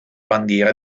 bandiera